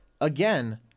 again